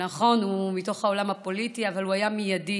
נכון, הוא מתוך העולם הפוליטי, אבל הוא היה מיידי.